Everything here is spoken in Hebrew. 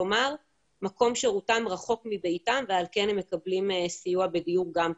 כלומר מקום שרותם רחוק מביתם ועל כן הם מקבלים סיוע בדיור גם כאן.